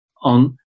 on